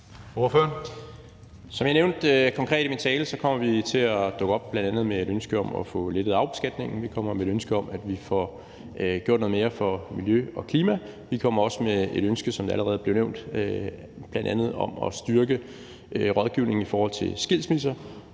Som jeg nævnte konkret i min tale, kommer vi til at dukke op bl.a. med et ønske om at få lettet arvebeskatningen, vi kommer med et ønske om, at vi får gjort noget mere for miljøet og klimaet. Vi kommer også med et ønske, som det allerede blev nævnt, om bl.a. at styrke rådgivningen i forhold til skilsmisser